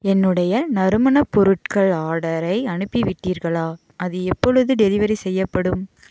என்னுடைய நறுமணப் பொருட்கள் ஆர்டரை அனுப்பிவிட்டீர்களா அது எப்பொழுது டெலிவரி செய்யப்படும்